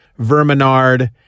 Verminard